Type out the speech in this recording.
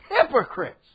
Hypocrites